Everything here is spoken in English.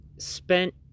spent